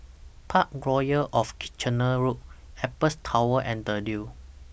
Parkroyal of Kitchener Road Apex Tower and The Leo